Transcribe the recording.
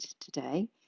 today